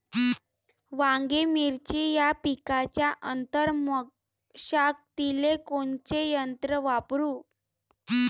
वांगे, मिरची या पिकाच्या आंतर मशागतीले कोनचे यंत्र वापरू?